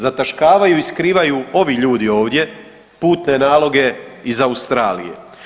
Zataškavaju i skrivaju ovi ljudi ovdje putne naloge iz Australije.